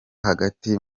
hagati